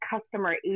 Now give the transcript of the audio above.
customer